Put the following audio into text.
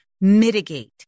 Mitigate